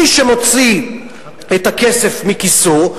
מי שמוציא את הכסף מכיסו,